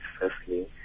Firstly